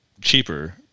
cheaper